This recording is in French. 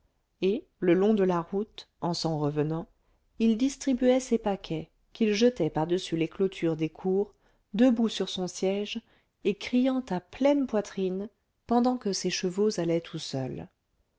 et le long de la route en s'en revenant il distribuait ses paquets qu'il jetait par-dessus les clôtures des cours debout sur son siège et criant à pleine poitrine pendant que ses chevaux allaient tout seuls